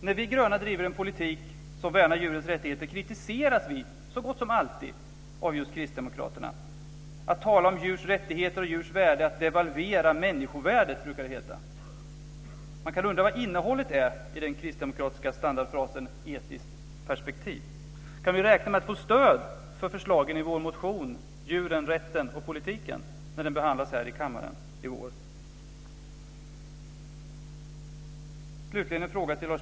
När vi gröna driver en politik som värnar djurens rättigheter kritiseras vi så gott som alltid av just Kristdemokraterna. Att tala om djurs rättigheter och djurs värde är att devalvera människovärdet, brukar det heta. Man kan undra vad innehållet är i den kristdemokratiska standardfrasen etiskt perspektiv. Kan vi räkna med att få stöd för förslagen i vår motion Djuren, rätten och politiken när den behandlas här i kammaren i vår?